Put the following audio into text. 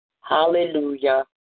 hallelujah